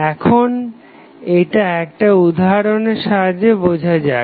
এখন এটা একটা উদাহরণের সাহায্যে বোঝা যাক